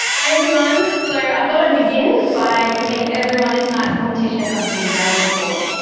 hi everyone. so i thought i'd begin by giving everyone in tonight's competition a big round of applause.